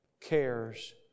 cares